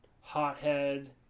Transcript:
hothead